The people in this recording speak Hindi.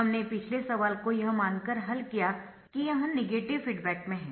हमने पिछले सवाल को यह मानकर हल किया कि यह नेगेटिव फीडबैक में है